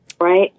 right